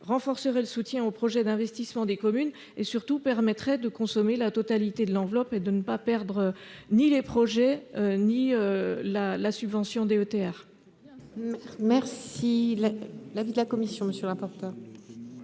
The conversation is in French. renforcerait le soutien aux projets d'investissement des communes et, surtout, permettrait de consommer la totalité de l'enveloppe et de ne perdre ni les projets ni la subvention DETR. Quel est l'avis de la commission ? J'ai le sentiment